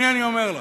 הנה, אני אומר לך.